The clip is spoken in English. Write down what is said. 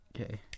Okay